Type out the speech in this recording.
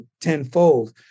tenfold